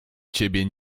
ciebie